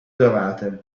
dorate